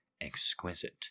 exquisite